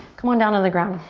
come on down on the ground.